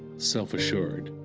self-assured.